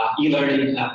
e-learning